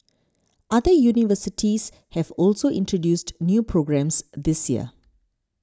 other universities have also introduced new programmes this year